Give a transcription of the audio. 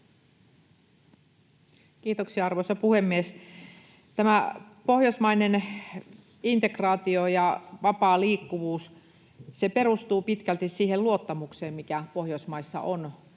Kiitoksia, arvoisa puhemies! Tämä pohjoismainen integraatio ja vapaa liikkuvuus perustuu pitkälti siihen luottamukseen, mikä Pohjoismaissa on